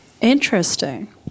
interesting